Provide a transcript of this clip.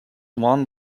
one